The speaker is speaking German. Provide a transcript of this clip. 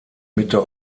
mitte